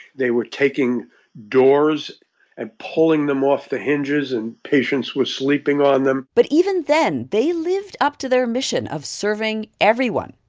they were taking doors and pulling them off the hinges, and patients were sleeping on them but even then, they lived up to their mission of serving everyone,